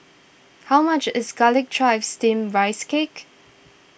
how much is Garlic Chives Steamed Rice Cake